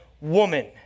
woman